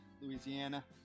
Louisiana